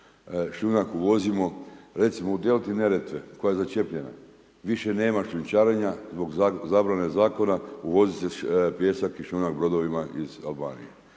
šljunak uvozimo. Recimo u delti Neretve, koja je začepljena, više nema šljunčarenja, zbog zabrane zakona, uvozi se pijesak i šljunak brodovima iz Albanije.